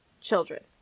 Children